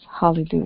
hallelujah